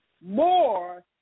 more